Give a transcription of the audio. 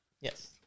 Yes